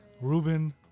Ruben